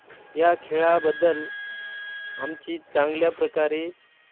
या खेळाबद्दल आमची चांगल्या प्रकारे